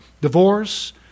divorce